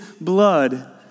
blood